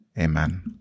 Amen